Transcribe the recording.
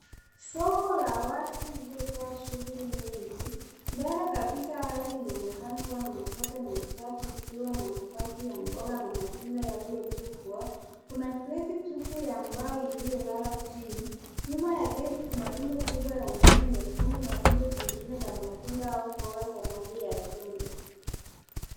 Soko la wazi lililojaa shughuli nyingi. Mbele kabisa hali inaonekana kuwa na matope na uchafu ikiwa na mabaki ya mboga na matunda yaliyotupwa. Kuna kreti tupu ya mbao iliyolala chini. Nyuma ya kreti kuna rundo kubwa la nyanya nyekundu na rundo jingine la matunda au mboga za rangi ya chungwa.